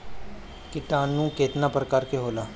किटानु केतना प्रकार के होला?